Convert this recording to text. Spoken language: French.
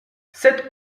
sept